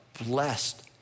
Blessed